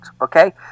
okay